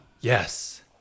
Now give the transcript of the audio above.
Yes